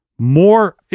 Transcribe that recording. More